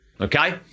okay